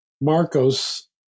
Marcos